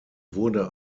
wurde